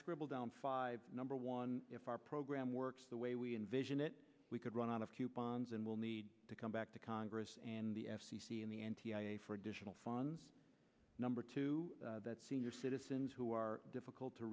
scribble down five number one if our program works the way we envision it we could run out of coupons and will need to come back to congress and the f c c in the end for additional funds number two that senior citizens who are difficult to